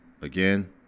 again